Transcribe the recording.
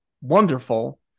wonderful